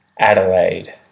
Adelaide